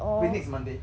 wait next monday